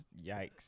yikes